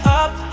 up